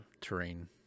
terrain